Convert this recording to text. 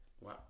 Wow